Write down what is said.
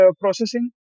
processing